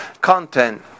content